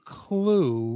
clue